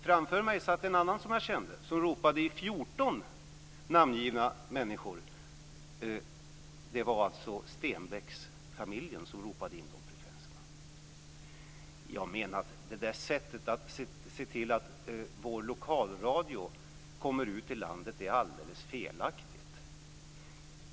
Framför mig satt en annan som jag kände som ropade för 14 namngivna människors räkning. Det var alltså Stenbecksfamiljen som ropade in de frekvenserna. Jag menar att det sättet att se till att lokalradio kommer ut i landet är alldeles felaktigt.